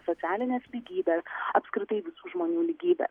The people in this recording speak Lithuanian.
socialinės lygybės apskritai visų žmonių lygybės